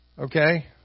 okay